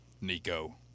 Nico